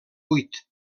vuit